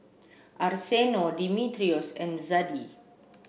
Arsenio Dimitrios and Zadie